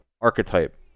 archetype